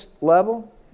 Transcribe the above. level